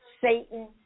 Satan